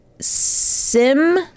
Sim